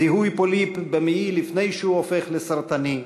זיהוי פוליפ במעי לפני שהוא הופך לסרטני,